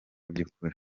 by’ukuri